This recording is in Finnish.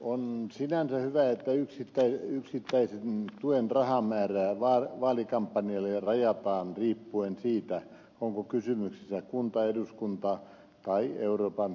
on sinänsä hyvä että yksittäisen tuen rahamäärää vaalikampanjoille rajataan riippuen siitä onko kysymyksessä kunta eduskunta vai euroopan parlamentin vaalit